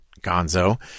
Gonzo